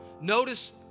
Notice